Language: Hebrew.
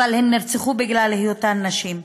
הן נרצחו בגלל היותן נשים.